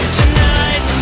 tonight